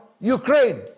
Ukraine